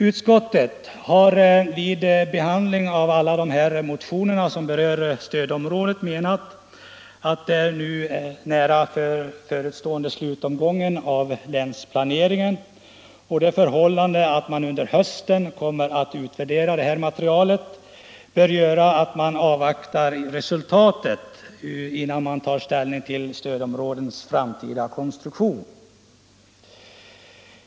Utskottet har vid behandling av alla dessa motioner som berör stödområdena menat att den nu nära förestående slutomgången av länsplaneringen och det förhållandet att man under hösten kommer att börja utvärdera materialet bör göra att man avvaktar resultatet innan man tar ställning till stödområdets framtida konstruktion.